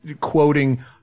quoting